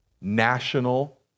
national